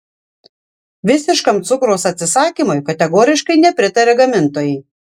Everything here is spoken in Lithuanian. visiškam cukraus atsisakymui kategoriškai nepritaria gamintojai